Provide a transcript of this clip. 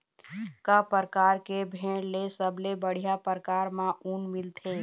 का परकार के भेड़ ले सबले बढ़िया परकार म ऊन मिलथे?